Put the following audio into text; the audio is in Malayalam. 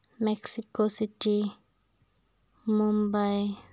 മെക്സിക്കോസിറ്റി മുംബൈ